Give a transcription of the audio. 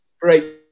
Great